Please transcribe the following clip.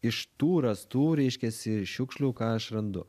iš tų rastų reiškiasi šiukšlių ką aš randu